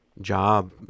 job